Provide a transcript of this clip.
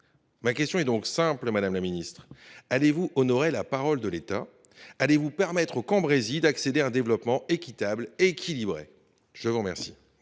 Ma question est donc simple, madame la ministre : allez vous honorer la parole de l’État ? Allez vous permettre au Cambrésis d’accéder à un développement équitable et équilibré ? La parole